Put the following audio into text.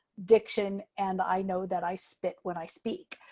diction and i know that i spit when i speak,